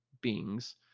beings